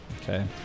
Okay